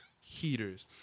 heaters